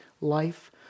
life